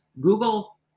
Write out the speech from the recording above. Google